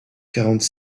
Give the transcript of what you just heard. quarante